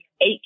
eight